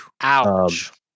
Ouch